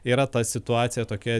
yra ta situacija tokia